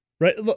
Right